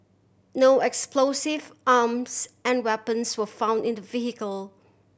no explosive arms and weapons were found in the vehicle